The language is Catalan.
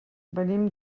venim